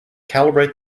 calibrate